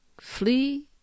flee